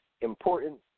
important